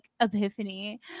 epiphany